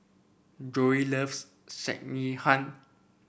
Joey loves Sekihan